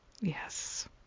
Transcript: Yes